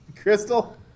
Crystal